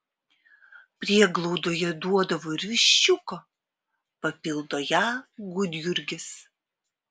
prieglaudoje duodavo ir viščiuko papildo ją gudjurgis